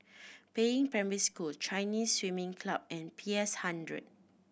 Peiying Primary School Chinese Swimming Club and P S Hundred